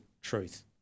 truth